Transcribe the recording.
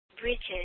bridges